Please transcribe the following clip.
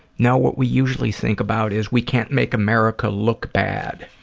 no, what we usually think about is, we can't make america look bad.